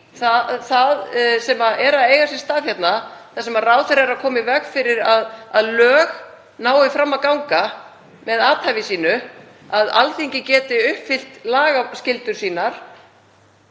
það sem er að eiga sér stað hérna, þar sem ráðherra er að koma í veg fyrir að lög nái fram að ganga með athæfi sínu, að Alþingi geti uppfyllt lagaskyldur sínar,